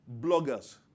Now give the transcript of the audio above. Bloggers